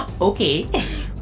Okay